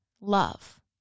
love